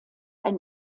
ein